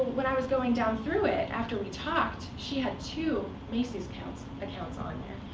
when i was going down through it, after we talked, she had two macy's accounts accounts on